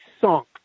sunk